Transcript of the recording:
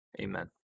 Amen